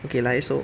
okay 来说